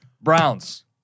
Browns